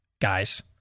guys